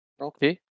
Okay